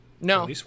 No